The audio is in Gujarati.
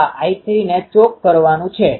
આ M એ 2KI છે જે અમુક અચળ છે